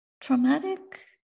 traumatic